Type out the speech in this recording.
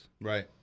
Right